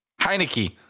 Heineke